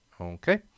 Okay